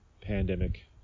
pandemic